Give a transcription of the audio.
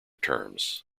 terms